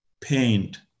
paint